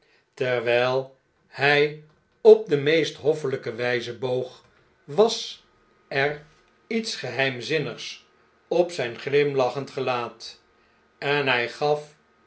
terwyl hy op de meest hoffelijke wyze boog was er iets geheimzinnigs op zyn glimlachend gelaat en hij gaf